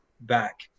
back